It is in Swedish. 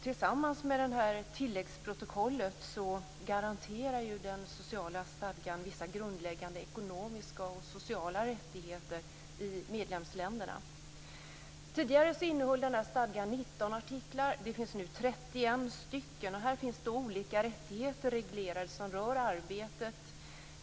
Tillsammans med tilläggsprotokollet garanterar den sociala stadgan vissa grundläggande ekonomiska och sociala rättigheter i medlemsländerna. Tidigare innehöll stadgan 19 artiklar, det finns nu 31 stycken. Här finns olika rättigheter reglerade som rör arbetet.